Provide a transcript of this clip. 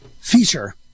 feature